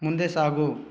ಮುಂದೆ ಸಾಗು